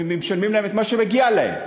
משלמים להם את מה שמגיע להם.